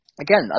again